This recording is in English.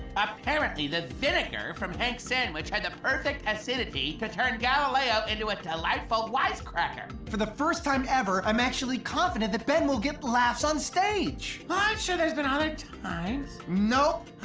apparently the vinegar from hank's sandwich had the perfect acidity to turn galileo into a delightful wisecracker. for the first time ever i'm actually confident that ben will get laughs on stage! i'm sure there has been other times nope!